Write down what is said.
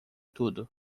tudo